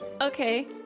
Okay